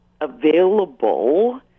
available